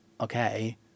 Okay